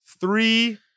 three